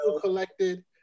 collected